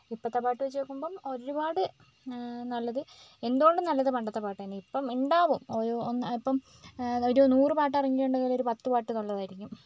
ഇപ്പോഴത്തെ പാട്ട് വെച്ച് നോക്കുമ്പം ഒരുപാട് നല്ലത് എന്തുകൊണ്ടും നല്ലത് പണ്ടത്തെ പാട്ട് തന്നെയാണ് ഇപ്പം ഉണ്ടാവും ഒരു ഒന്നോ ഇപ്പം ഒരു നൂറ് പാട്ട് ഇറങ്ങിയിട്ടുണ്ടെങ്കിൽ ഒരു പത്ത് പാട്ട് നല്ലതായിരിക്കും